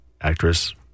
actress